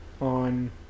on